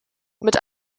mit